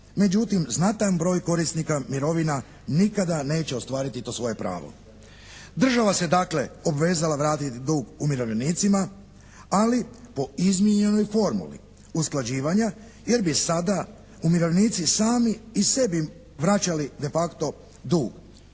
Međutim, znatan broj korisnika mirovina nikada neće ostvariti to svoje pravo. Država se dakle obvezala vratiti dug umirovljenicima ali po izmijenjenoj formuli usklađivanja jer bi sada umirovljenici sami i sebi vraćali de facto dug.